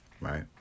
right